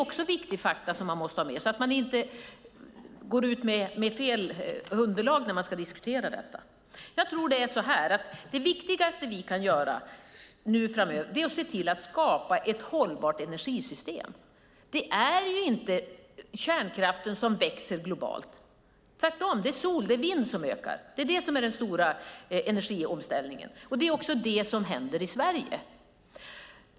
Det är viktiga fakta som man måste ha med, så att man inte går ut med fel underlag när man ska diskutera detta. Det viktigaste vi kan göra framöver är att se till att skapa ett hållbart energisystem. Det är inte kärnkraften som växer globalt, utan det är sol och vind som ökar. Det är den stora energiomställningen, och det är också det som händer i Sverige.